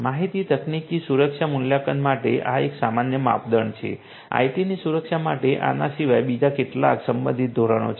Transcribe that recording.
માહિતી તકનીકી સુરક્ષા મૂલ્યાંકન માટે આ એક સામાન્ય માપદંડ છે આઇટીની સુરક્ષા માટે આના સિવાય બીજા કેટલાક સંબંધિત ધોરણો છે